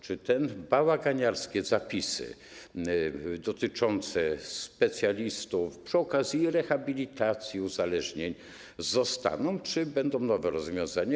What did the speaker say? Czy te bałaganiarskie zapisy dotyczące specjalistów, przy okazji także rehabilitacji uzależnień, zostaną, czy będą nowe rozwiązania?